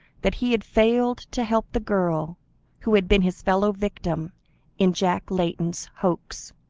that he had failed to help the girl who had been his fellow-victim in jack layton's hoax.